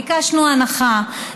ביקשנו הנחה,